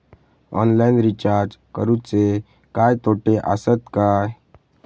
Online recharge करुचे काय तोटे आसत काय?